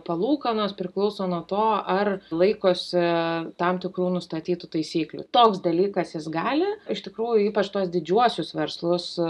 palūkanos priklauso nuo to ar laikosi tam tikrų nustatytų taisyklių toks dalykas jis gali iš tikrųjų ypač tuos didžiuosius verslus